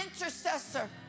intercessor